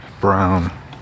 brown